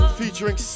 featuring